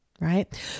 right